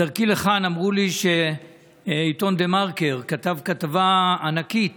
בדרכי לכאן אמרו לי שהעיתון דה-מרקר כתב כתבה ענקית